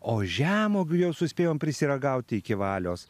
o žemuogių jau suspėjom prisiragauti iki valios